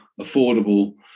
affordable